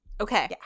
Okay